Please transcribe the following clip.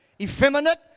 Effeminate